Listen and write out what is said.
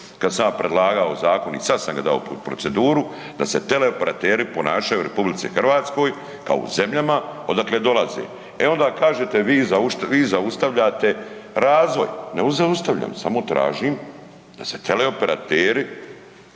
kad sam ja predlagao zakon i sad sam ga dao u tu proceduru, da se teleoperateri ponašaju u RH kao u zemljama odakle dolaze. E onda kažete vi zaustavljate razvoj, ne zaustavljam, samo tražim da se teleoperateri